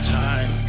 time